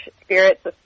spirits